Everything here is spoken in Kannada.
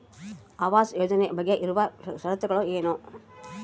ಆವಾಸ್ ಯೋಜನೆ ಬಗ್ಗೆ ಇರುವ ಶರತ್ತುಗಳು ಏನು?